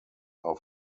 are